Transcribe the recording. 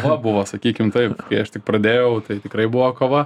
va buvo sakykim taip kai aš tik pradėjau tai tikrai buvo kova